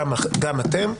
גם אתם,